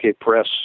Press